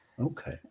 okay